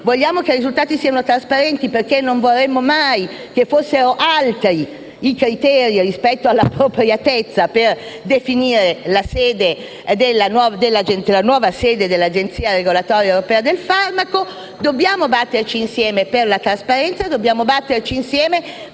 Vogliamo che i risultati siano trasparenti perché non vorremmo mai che fossero altri i criteri rispetto all'appropriatezza per definire la nuova sede dell'Agenzia europea del farmaco. Dobbiamo batterci insieme per la trasparenza e perché il sistema